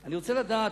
אני רוצה לדעת,